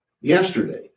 Yesterday